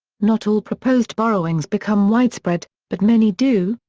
not all proposed borrowings become widespread, but many do,